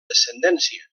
descendència